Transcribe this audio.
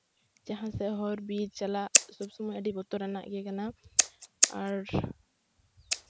ᱡᱟᱦᱟᱸ ᱥᱮᱫ ᱦᱚᱨ ᱵᱤᱨ ᱪᱟᱞᱟᱜ ᱥᱚᱵ ᱥᱚᱢᱚᱭ ᱟᱹᱰᱤ ᱵᱚᱛᱚᱨᱟᱱᱟᱜ ᱜᱮ ᱠᱟᱱᱟ ᱟᱨ